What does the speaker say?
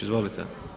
Izvolite.